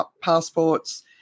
passports